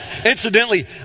incidentally